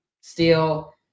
Steel